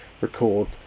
record